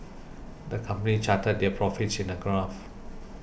the company charted their profits in a graph